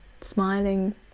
smiling